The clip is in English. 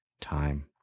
time